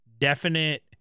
definite